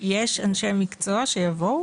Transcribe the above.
יש אנשי מקצוע שיבואו?